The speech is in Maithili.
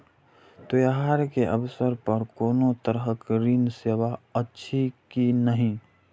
त्योहार के अवसर पर कोनो तरहक ऋण सेवा अछि कि नहिं?